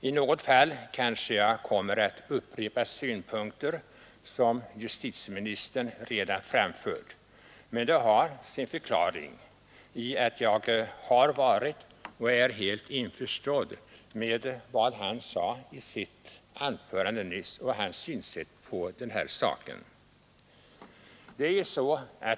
I något fall kommer jag kanske att upprepa synpunkter som justitieministern redan har framfört, men det har sin förklaring i att jag helt instämmer i det han sade i sitt anförande i denna fråga.